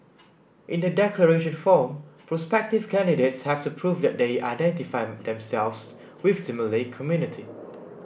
in the declaration form prospective candidates have to prove that they identify themselves with the Malay community